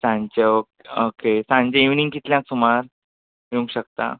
सांजचें ओके सांजे इवनींग कितल्यांक सुमार येवूंक शकता